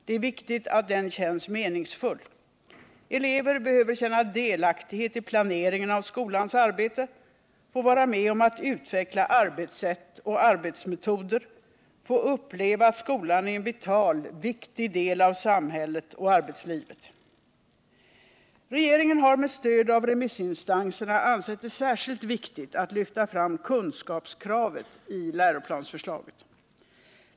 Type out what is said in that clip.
Det är viktigt att den känns meningsfull. Elever behöver känna delaktighet i planeringen av skolans arbete, få vara med om att utveckla arbetssätt och arbetsmetoder, få uppleva att skolan är en vital, viktig del av samhället och arbetslivet. Regeringen har med stöd av remissinstanserna ansett det särskilt viktigt att lyfta fram kunskapskravet i läroplansförslaget.